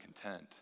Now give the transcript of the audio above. content